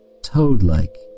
toad-like